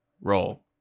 roll